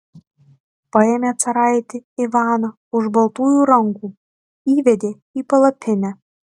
paėmė caraitį ivaną už baltųjų rankų įvedė į palapinę